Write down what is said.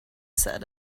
said